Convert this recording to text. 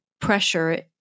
pressure